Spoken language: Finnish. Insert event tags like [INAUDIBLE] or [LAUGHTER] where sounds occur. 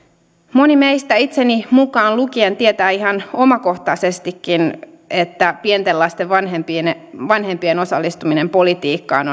moni meistä itseni mukaan lukien tietää ihan omakohtaisestikin että pienten lasten vanhempien vanhempien osallistuminen politiikkaan [UNINTELLIGIBLE]